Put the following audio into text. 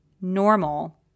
normal